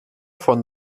font